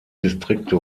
distrikte